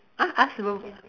!huh! ask